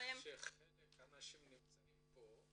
אגיד לך שחלק מהאנשים נמצאים פה,